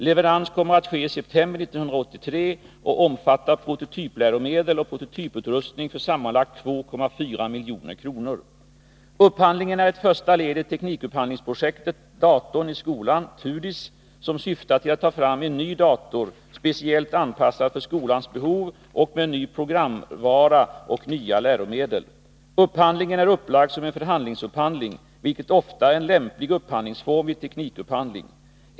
Leverans kommer att ske i september 1983 och Nr 100 omfatta prototypläromedel och prototyputrustning för sammanlagt 2,4 milj.kr. Upphandlingen är ett första led i Teknikupphandlingsprojektet Datorn i Skolan—- TUDIS —- som syftar till att ta fram en ny dator speciellt anpassad för skolans behov och med ny programvara och nya läromedel. Upphandlingen är upplagd som en förhandlingsupphandling, vilket ofta är en lämplig upphandlingsform vid teknikupphandling.